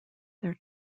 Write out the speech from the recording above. their